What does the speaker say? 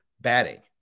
batting